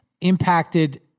impacted